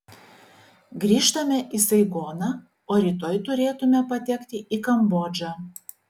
grįžtame į saigoną o rytoj turėtume patekti į kambodžą